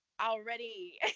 already